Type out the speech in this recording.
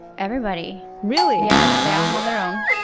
everybody. really? yeah, they all have their own.